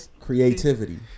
Creativity